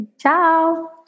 Ciao